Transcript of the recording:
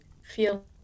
feel